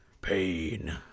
Pain